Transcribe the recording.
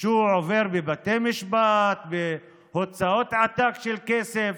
שהוא עובר בבתי משפט והוצאות עתק של כסף